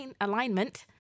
alignment